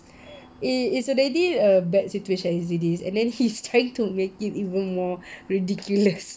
it it's already a bad situation as it is and then he's trying to make it even more ridiculous